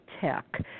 tech